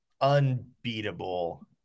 unbeatable